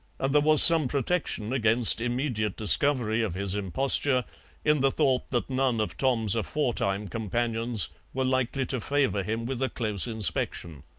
and there was some protection against immediate discovery of his imposture in the thought that none of tom's aforetime companions were likely to favour him with a close inspection.